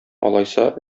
алайса